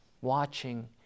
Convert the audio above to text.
watching